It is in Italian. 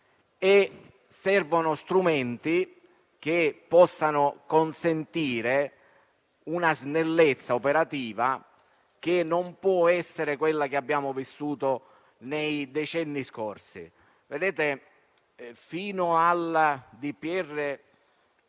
servono strumenti che consentano una snellezza operativa che non può essere quella che abbiamo vissuto nei decenni scorsi. Colleghi, prima